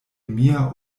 mia